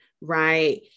right